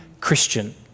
Christian